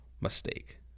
mistake